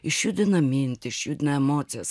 išjudina mintį išjudina emocijas